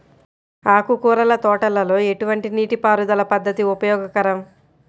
ఆకుకూరల తోటలలో ఎటువంటి నీటిపారుదల పద్దతి ఉపయోగకరం?